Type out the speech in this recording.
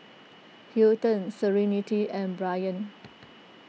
Hilton Serenity and Bryan